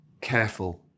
careful